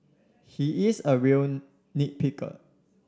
he is a real picker